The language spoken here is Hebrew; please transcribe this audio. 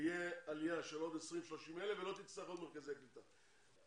שתהיה עלייה של עוד 20,000 - 30,000 ולא תצטרך עוד מרכזי קליטה.